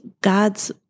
God's